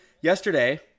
Yesterday